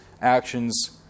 actions